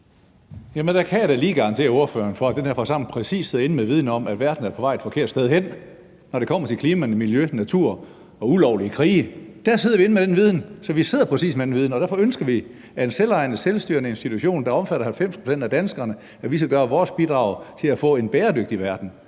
Hønge (SF): Jamen der kan jeg da lige garantere ordføreren for, at den her forsamling præcis sidder inde med viden om, at verden er på vej et forkert sted hen, når det kommer til klima, miljø, natur og ulovlige krige; der sidder vi inde med den viden. Så vi sidder præcis inde med den viden, og derfor ønsker vi, at en selvejende og selvstyrende institution, der omfatter 90 pct. af danskerne, gør sit bidrag til at få en bæredygtig verden.